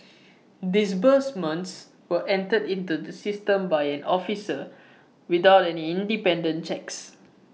disbursements were entered into the system by an officer without any independent checks